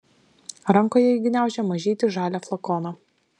rankoje ji gniaužė mažytį žalią flakoną